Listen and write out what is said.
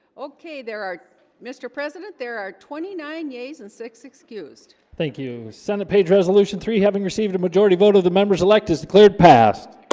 okay there are mr. president. there are twenty nine yeas and six excused thank you senate page resolution three having received a majority vote of the members elect is the cleared past